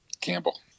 Campbell